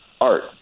art